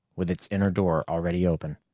with its inner door already open.